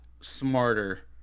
smarter